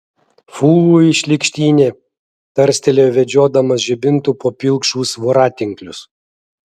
fui šlykštynė tarstelėjo vedžiodamas žibintu po pilkšvus voratinklius